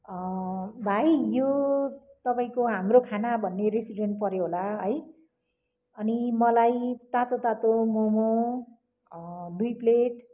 भाइ यो तपाईँको हाम्रो खाना भन्ने रेस्टुरेन्ट पर्यो होला है अनि मलाई तातो तातो मोमो दुई प्लेट